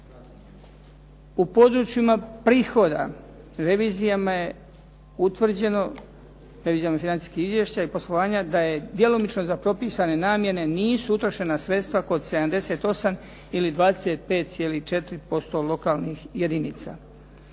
U područjima prihoda revizijama je utvrđeno, revizijom financijskih izvješća i poslovanja da je djelomično za propisane namjene nisu utrošena sredstva kod 78 ili 25,4% lokalnih jedinica.